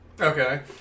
Okay